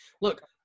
look